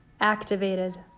activated